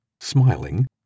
smiling